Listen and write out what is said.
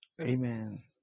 amen